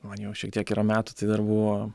man jau šiek tiek yra metų tai dar buvo